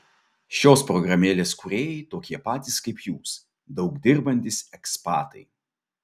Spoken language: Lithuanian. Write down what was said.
šios programėlės kūrėjai tokie patys kaip jūs daug dirbantys ekspatai